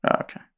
okay